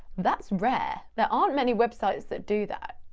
that's rare, there aren't many websites that do that.